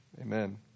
Amen